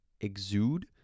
exude